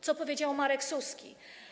Co powiedział Marek Suski?